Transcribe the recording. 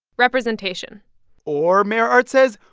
representation or, mayor art says,